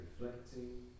reflecting